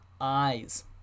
eyes